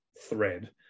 thread